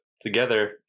Together